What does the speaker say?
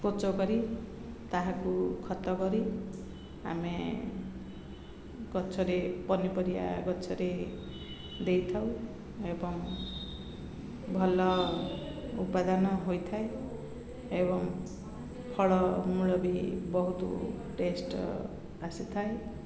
coach କରି ତାହାକୁ ଖତ କରି ଆମେ ଗଛରେ ପନିପରିବା ଗଛରେ ଦେଇଥାଉ ଏବଂ ଭଲ ଉପାଦାନ ହୋଇଥାଏ ଏବଂ ଫଳମୂଳ ବି ବହୁତ ଟେଷ୍ଟ୍ ଆସିଥାଏ